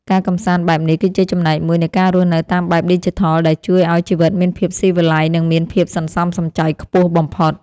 ការកម្សាន្តបែបនេះគឺជាចំណែកមួយនៃការរស់នៅតាមបែបឌីជីថលដែលជួយឱ្យជីវិតមានភាពស៊ីវិល័យនិងមានភាពសន្សំសំចៃខ្ពស់បំផុត។